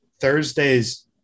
Thursday's